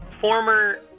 former